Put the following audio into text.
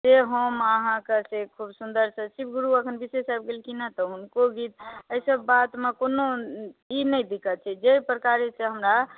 से हम अहाँकेॅं खूब सुन्दर सॅं शिवगुरु एखन विशेष आबि गेलखिन हन तऽ हुनके गीत एहि सब बातमे कोनो ई नहि दिक्कत छै जै प्रकारक हमरा